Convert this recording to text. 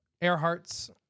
Earhart's